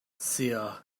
suo